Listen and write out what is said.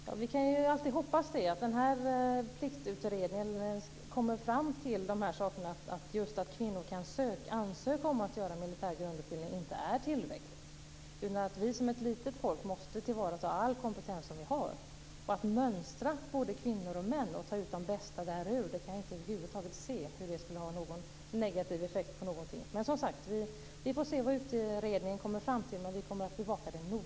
Fru talman! Det har ju tillsatts en pliktutredning, och jag är alldeles säker på att dessa frågor kommer att tas upp i den. Jag tror därför inte att Eva Flyborg skall förtvivla, eftersom jag tror att detta är något som kommer i framtiden. Vi kan kanske i Pliktutredningen ta ytterligare ett steg i den riktning som Eva Flyborg önskar sig.